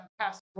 past